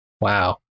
Wow